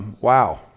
wow